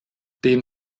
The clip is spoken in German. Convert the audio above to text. den